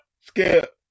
skip